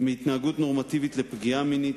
מהתנהגות נורמטיבית לפגיעה מינית,